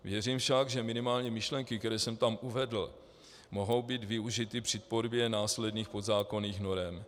Věřím však, že minimálně myšlenky, které jsem tam uvedl, mohou být využity při tvorbě následných podzákonných norem.